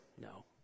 No